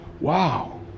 wow